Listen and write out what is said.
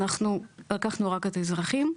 אנחנו לקחנו רק את האזרחים.